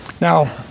Now